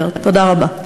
תודה רבה.